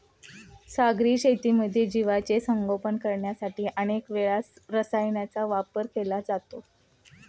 सागरी शेतीमध्ये जीवांचे संगोपन करण्यासाठी अनेक वेळा रसायनांचा वापर केला जातो